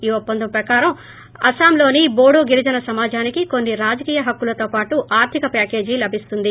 ఈ ఒప్పందం ప్రకారం అస్పాంలోని బోడో గిరిజన సమాజానికి కొన్ని రాజకీయ హక్కులతో పాటు ఆర్ధిక ప్యాకేజి లభిస్తుంది